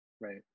Right